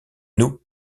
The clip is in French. nous